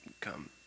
come